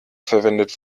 verwendet